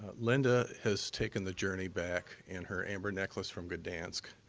linda has taken the journey back in her amber necklace from gdansk,